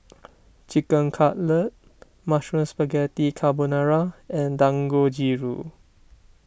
Chicken Cutlet Mushroom Spaghetti Carbonara and Dangojiru